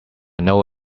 know